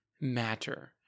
matter